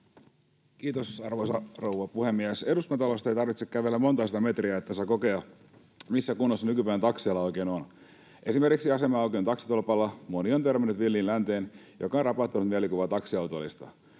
Kiitos, arvoisa rouva puhemies! Eduskuntatalosta ei tarvitse kävellä montaa sataa metriä, että saa kokea, missä kunnossa nykypäivän taksiala oikein on. Esimerkiksi Asema-aukion taksitolpalla moni on törmännyt villiin länteen, joka on rapauttanut mielikuvaa taksiautoilijoista.